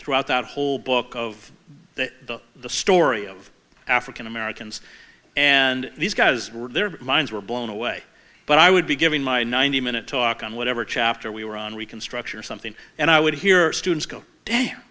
throughout that whole book of that the story of african americans and these guys were their minds were blown away but i would be giving my ninety minute talk on whatever chapter we were on reconstruction or something and i would hear students go